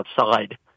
outside